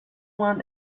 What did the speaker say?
want